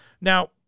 Now